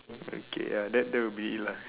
okay ya that that will be it lah